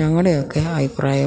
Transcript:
ഞങ്ങളുടെയൊക്കെ അഭിപ്രായം